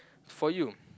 for you